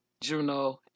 Juno